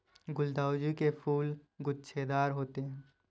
गुलदाउदी के फूल गुच्छेदार होते हैं